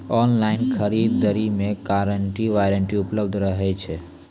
Online खरीद दरी मे गारंटी वारंटी उपलब्ध रहे छै?